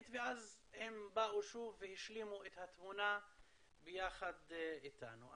ואז הם באו שוב והשלימו את התמונה ביחד איתנו.